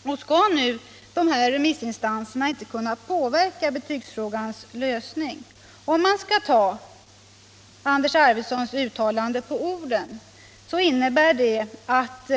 Skall man nu ta Anders Arfwedson på orden och utgå ifrån att de här remissinstanserna inte skall kunna påverka betygsfrågan, innebär det att